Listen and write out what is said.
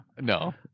No